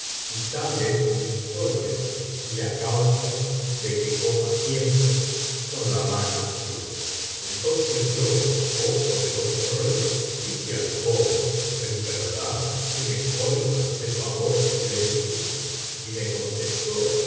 y tal es mi historia y la causa de que coma siempre con la mano izquierda entonces yo oh poderoso rey dije al joven en verdad que me colmas de favores y beneficios y me contestó